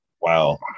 Wow